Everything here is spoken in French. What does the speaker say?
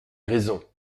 raison